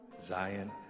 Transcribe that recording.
Zion